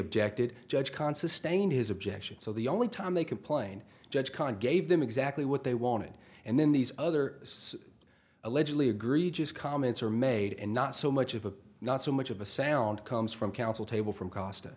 objected judge conses stain his objection so the only time they complained judge con gave them exactly what they wanted and then these other allegedly agree just comments are made and not so much of a not so much of a sound comes from counsel table from costa